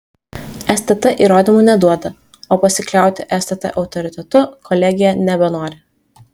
stt įrodymų neduoda o pasikliauti stt autoritetu kolegija nebenori